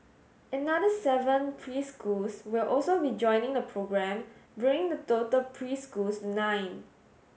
another seven preschools will also be joining the programme bringing the total preschools to nine